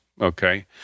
Okay